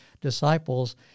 disciples